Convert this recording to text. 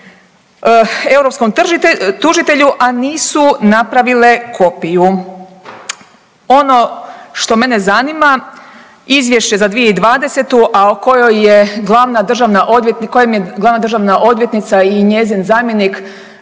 europskom tužitelju, a nisu napravile kopiju. Ono što mene zanima izvješće za 2020., a u kojem je glavna državna odvjetnica i njezin zamjenik